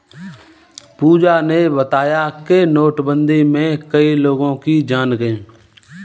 पूजा ने बताया कि नोटबंदी में कई लोगों की जान गई